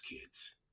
kids